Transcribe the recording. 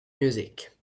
music